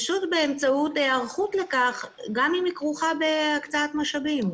פשוט באמצעות היערכות לכך גם אם היא כרוכה בהקצאת משאבים.